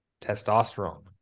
testosterone